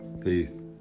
Peace